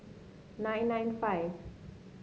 nine nine five